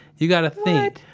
you got to think